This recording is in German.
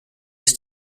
ist